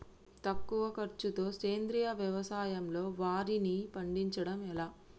తక్కువ ఖర్చుతో సేంద్రీయ వ్యవసాయంలో వారిని పండించడం ఎలా?